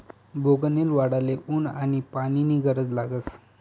बोगनयेल वाढाले ऊन आनी पानी नी गरज लागस